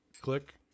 Click